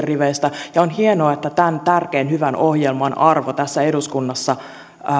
riveistä on hienoa että tämän tärkeän hyvän ohjelman arvo tässä eduskunnassa